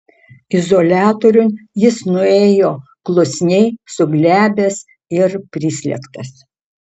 izoliatoriun jis nuėjo klusniai suglebęs ir prislėgtas